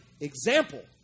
example